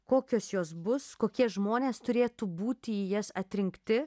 kokios jos bus kokie žmonės turėtų būti į jas atrinkti